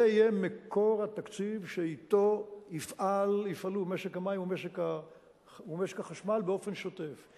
זה יהיה מקור התקציב שאתו יפעלו משק המים ומשק החשמל באופן שוטף.